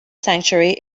sanctuary